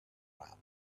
arab